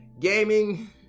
Gaming